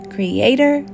Creator